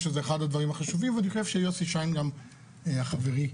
שזה אחד הדברים החשובים ואני חושב שיוסי שיין חברי גם